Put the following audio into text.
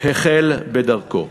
החל בדרכו.